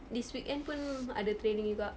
this weekend pun ada training juga